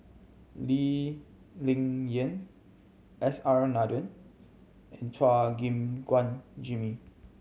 Lee Ling Yen S R Nathan and Chua Gim Guan Jimmy